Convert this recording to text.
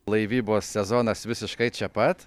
laivybos sezonas visiškai čia pat